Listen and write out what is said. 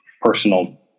personal